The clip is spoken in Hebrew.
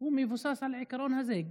הוא מבוסס על העיקרון הזה.